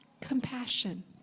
compassion